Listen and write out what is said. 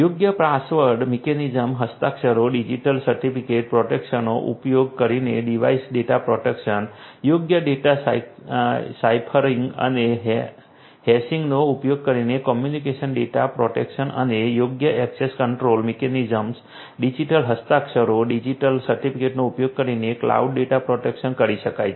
યોગ્ય password mechanism હસ્તાક્ષરો digital certificate પ્રોટેક્શનનો ઉપયોગ કરીને ડિવાઇસ ડેટા પ્રોટેક્શન યોગ્ય ડેટા સાઇફરિંગ અને હેશીંગનો ઉપયોગ કરીને કમ્યુનિકેશન ડેટા પ્રોટેક્શન અને યોગ્ય ઍક્સેસ કંટ્રોલ મિકેનિઝમ્સ ડિજિટલ હસ્તાક્ષરો ડિજિટલ સર્ટિફિકેટનો ઉપયોગ કરીને ક્લાઉડ ડેટા પ્રોટેક્શન કરી શકાય છે